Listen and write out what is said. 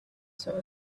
saw